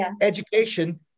education